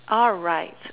alright